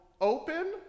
open